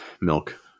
milk